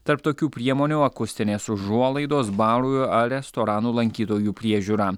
tarp tokių priemonių akustinės užuolaidos barų ar restoranų lankytojų priežiūra